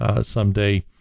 someday